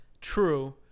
true